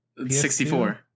64